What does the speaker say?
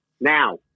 Now